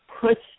puts